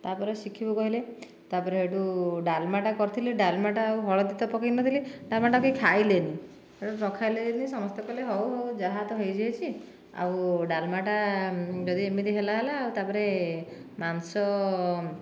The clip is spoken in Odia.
ତାପରେ ଶିଖିବୁ କହିଲେ ତାପରେ ସେଇଠୁ ଡାଲ୍ମାଟା କରିଥିଲି ଡାଲ୍ମାଟା ଆଉ ହଳଦୀ ତ ପକେଇନଥିଲି ଡାଲ୍ମାଟାକୁ କେହି ଖାଇଲେନି ସେଇଠୁ ରଖା ହେଲା ଯେମିତି ସମସ୍ତେ କହିଲେ ହେଉ ଆଉ ଯାହା ତ ହୋଇଛି ହୋଇଛି ଆଉ ଡାଲ୍ମାଟା ଯଦି ଏମିତି ହେଲା ହେଲା ତାପରେ ମାଂସ